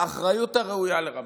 באחריות הראויה לרמטכ"ל,